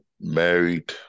married